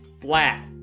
flat